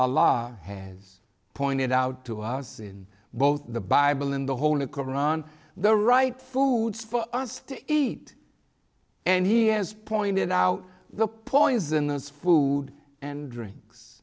a law has pointed out to us in both the bible and the holy koran the right foods for us to eat and he has pointed out the poisonous food and drinks